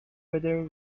whether